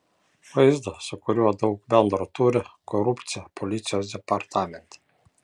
vaizdą su kuriuo daug bendro turi korupcija policijos departamente